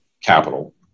capital